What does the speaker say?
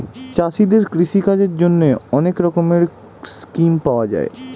চাষীদের কৃষি কাজের জন্যে অনেক রকমের স্কিম পাওয়া যায়